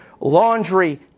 laundry